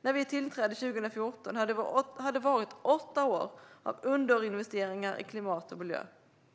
När vi tillträdde 2014 hade det varit åtta år av underinvesteringar i klimat och miljö.